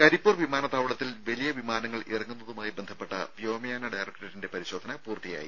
കരിപ്പൂർ വിമാനത്താവളത്തിൽ വലിയ വിമാനങ്ങൾ ഇറങ്ങുന്നതുമായി ബന്ധപ്പെട്ട വ്യോമയാന ഡയറ ക്റേറ്റിന്റെ പരിശോധന പൂർത്തിയായി